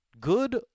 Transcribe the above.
good